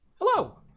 Hello